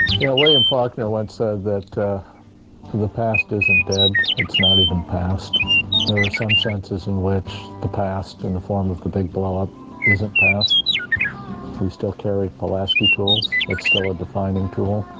yeah william faulkner once said that the past isn't dead. it's not even past there are some senses in which the past in the form of the big blowup isn't past we still carry pulaski tools. it's still a defining tool